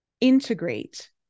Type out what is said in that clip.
integrate